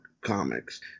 comics